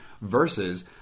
versus